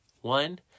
One